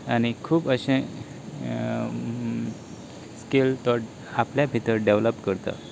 आनी खूब अशें स्केल तो आपल्या भितर डेविलॉप करता